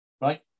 right